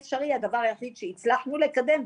הדברים היחיד שהצלנו לקדם,